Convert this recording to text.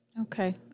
Okay